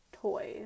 toy